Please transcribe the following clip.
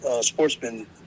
sportsman